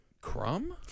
Crumb